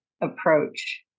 approach